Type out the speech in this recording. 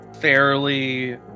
fairly